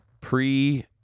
pre